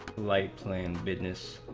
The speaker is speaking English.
like planned business,